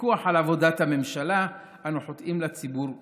בפיקוח על עבודת הממשלה, אנו חוטאים לציבור כולו.